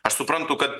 aš suprantu kad